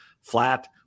flat